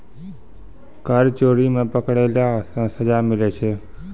कर चोरी मे पकड़ैला से सजा मिलै छै